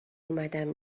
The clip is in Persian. اومدم